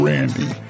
Randy